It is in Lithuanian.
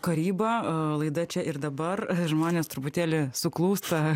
karyba laida čia ir dabar žmonės truputėlį suklūsta